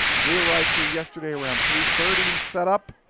we arrived here yesterday around three thirty and set up.